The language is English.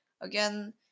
Again